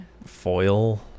foil